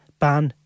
ban